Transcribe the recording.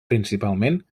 principalment